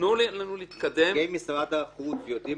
תנו לנו להתקדם -- פקידי משרד החוץ יודעים